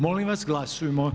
Molim vas glasujmo.